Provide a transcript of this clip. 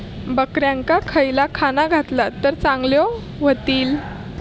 बकऱ्यांका खयला खाणा घातला तर चांगल्यो व्हतील?